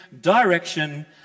direction